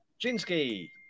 Jinsky